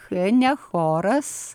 h ne choras